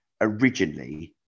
originally